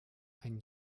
ein